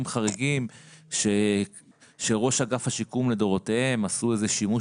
חריגים שראשי אגף השיקום לדורותיהם עשו איזה שימוש